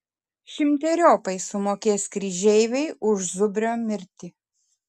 šimteriopai sumokės kryžeiviai už zubrio mirtį